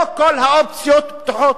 לא כל האופציות פתוחות.